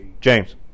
James